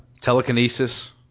Telekinesis